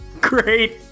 Great